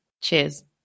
Cheers